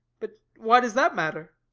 but what does that matter?